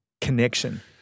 connection